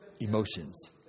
emotions